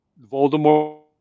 Voldemort